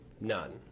None